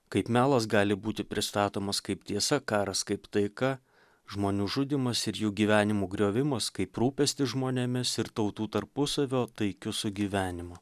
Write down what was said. kaip melas gali būti pristatomas kaip tiesa karas kaip taika žmonių žudymas ir jų gyvenimų griovimas kaip rūpestis žmonėmis ir tautų tarpusavio taikiu sugyvenimu